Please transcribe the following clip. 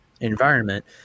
environment